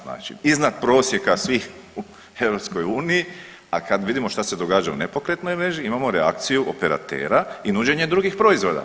Znači iznad prosjeka svih u EU, a kad vidimo šta se događa u nepokretnoj mreži imamo reakciju operatera i nuđenje drugih proizvoda.